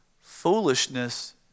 Foolishness